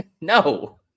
No